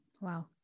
Wow